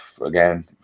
again